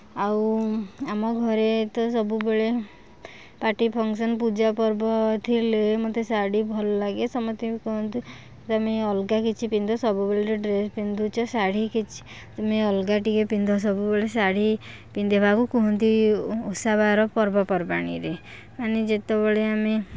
ଆଉ ଆମ ଘରେ ତ ସବୁବେଳେ ପାର୍ଟି ଫଙ୍କସନ୍ ପୂଜା ପର୍ବ ଏଥିରଲେ ମୋତେ ଶାଢ଼ୀ ଭଲ ଲାଗେ ସମତେ ବି କୁହନ୍ତି ତମେ ଅଲଗା କିଛି ପିନ୍ଧ ସବୁବେଳେ ଡ୍ରେସ୍ ପିନ୍ଧୁଛ ଶାଢ଼ୀ କିଛି ତୁମେ ଅଲଗା ଟିକେ ପିନ୍ଧ ସବୁବେଳେ ଶାଢ଼ୀ ପିନ୍ଧିବାକୁ କୁହନ୍ତି ଓଷାବାର ପର୍ବପର୍ବାଣୀରେ ମାନେ ଯେତେବେଳେ ଆମେ